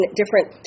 different